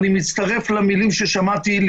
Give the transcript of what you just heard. אני מצטרף למילים ששמעתי עכשיו